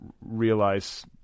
realize